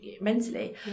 mentally